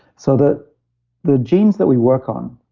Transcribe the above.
so the the genes that we work on,